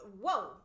Whoa